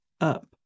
up